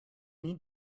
need